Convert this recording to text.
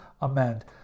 amend